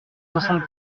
soixante